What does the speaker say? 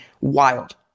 wild